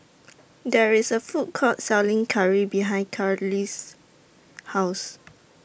There IS A Food Court Selling Curry behind Carolee's House